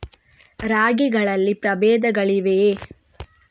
ರಾಗಿಗಳಲ್ಲಿ ಪ್ರಬೇಧಗಳಿವೆಯೇ?